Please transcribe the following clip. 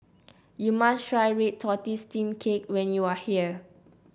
you must try Red Tortoise Steamed Cake when you are here